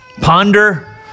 ponder